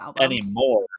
anymore